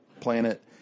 planet